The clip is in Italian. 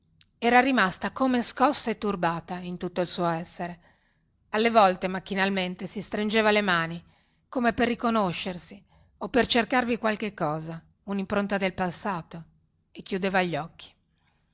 era rimasta come scossa e turbata in tutto il suo essere alle volte macchinalmente si stringeva le mani come per riconoscersi o per cercarvi qualche cosa unimpronta del passato e chiudeva gli occhi